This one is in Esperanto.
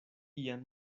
ian